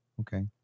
okay